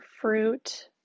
fruit